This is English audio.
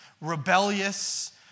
rebellious